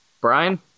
Brian